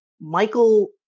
Michael